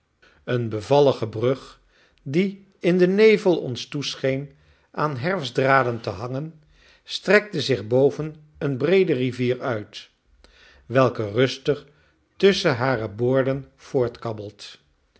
een bevallige brug die in den nevel ons toescheen aan herfstdraden te hangen strekt zich boven een breede rivier uit welke rustig tusschen hare boorden voortkabbelt